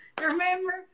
Remember